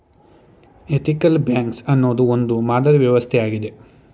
ethical banks ಅನ್ನೋದು ಒಂದು ಮಾದರಿ ವ್ಯವಸ್ಥೆ ಆಗಿದೆ